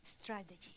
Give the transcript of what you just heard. strategy